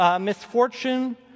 misfortune